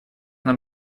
нам